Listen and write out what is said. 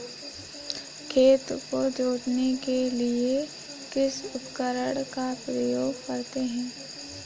खेत को जोतने के लिए किस उपकरण का उपयोग करते हैं?